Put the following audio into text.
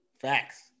Facts